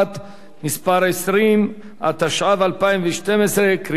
20), התשע"ב 2012, קריאה שנייה וקריאה שלישית.